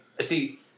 see